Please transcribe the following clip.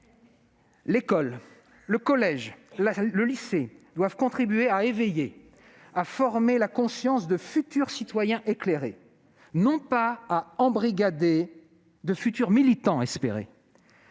L'école, le collège, le lycée doivent contribuer à éveiller, à former la conscience de futurs citoyens éclairés, pas à embrigader de futurs militants espérés.